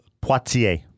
Poitiers